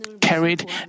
carried